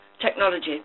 technology